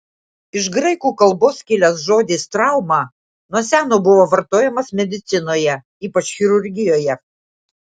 iš graikų kalbos kilęs žodis trauma nuo seno buvo vartojamas medicinoje ypač chirurgijoje